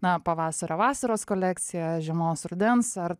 na pavasario vasaros kolekcija žiemos rudens ar